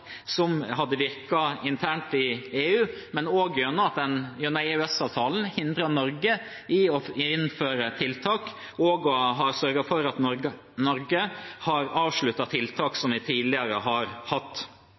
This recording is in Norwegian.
som hadde virket internt i EU, og fordi en gjennom EØS-avtalen hindrer Norge i å innføre tiltak og har sørget for at Norge har avsluttet tiltak som vi tidligere har hatt.